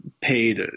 paid